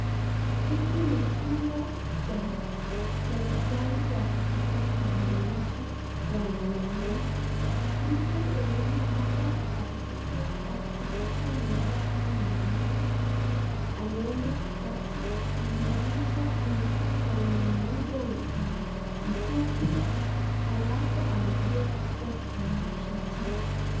Hiki ni chumba cha serikali ya kuchukua kitambulisho ya wanainchi mtu huenda hapa akifikisha miaka kumi na nane anaenda kukata kitambulisho anakaa kwa muda mfupi alafu anakuja kuchukua kitambulisho chake.